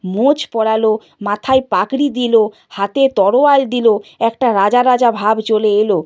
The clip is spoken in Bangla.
মোচ পরাল মাথায় পাগড়ি দিল হাতে তরোয়াল দিল একটা রাজা রাজা ভাব চলে এল